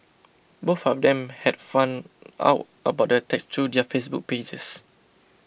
both of them had found out about the attacks through their Facebook pages